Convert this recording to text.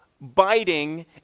biting